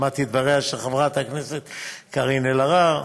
שמעתי את דבריה של חברת הכנסת קארין אלהרר,